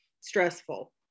stressful